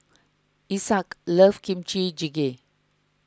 Isaak loves Kimchi Jjigae